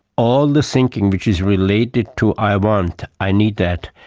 all the thinking which is related to i want, i need that,